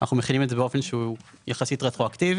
אנחנו מכינים את זה באופן שהוא יחסית רטרואקטיבי.